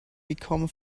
become